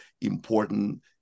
important